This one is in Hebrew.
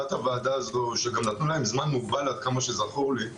לעבודת הוועדה הזאת שגם נתנו להם זמן מוגבל עד כמה שזכור לי,